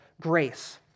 grace